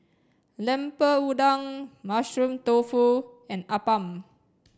lemper Udang Mushroom Tofu and Appam